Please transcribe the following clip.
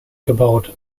gebaut